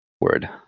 word